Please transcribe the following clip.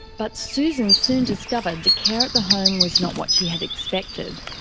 but susan soon discovered the care at the home was not what she had expected.